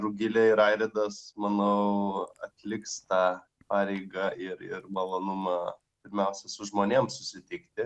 rugilė ir airidas manau atliks tą pareigą ir ir malonumą pirmiausia su žmonėm susitikti